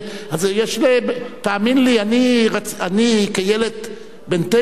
תאמין לי, אני כילד בן תשע,